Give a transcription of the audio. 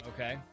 Okay